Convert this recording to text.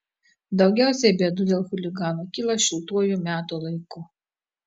daugiausiai bėdų dėl chuliganų kyla šiltuoju metų laiku